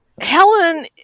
Helen